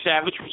Savage